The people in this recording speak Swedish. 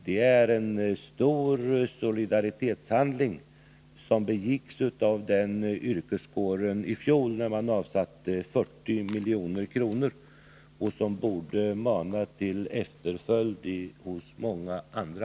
Det var en stor solidaritetshandling när denna yrkeskår i fjol avsatte 40 milj.kr. Den borde mana till efterföljd hos många andra.